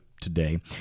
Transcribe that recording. today